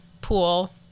pool